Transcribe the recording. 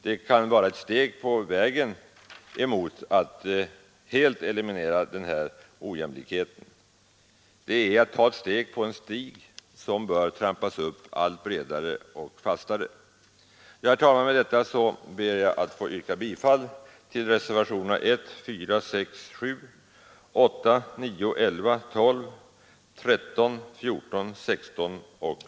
Det kan vara ett steg på vägen mot att helt eliminera ojämlikheten. Det är att ta ett steg på en stig som bör trampas upp för att bli allt bredare och fastare. Herr talman! Med dessa ord ber jag att få yrka bifall till reservationerna 1,4, 6, 7, 8,9, 11, 12, 13, 14, 16 och 18.